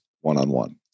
one-on-one